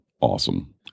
awesome